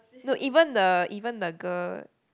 no even the even the girl